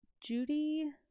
Judy